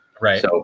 Right